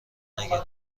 نگین